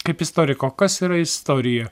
kaip istoriko kas yra istorija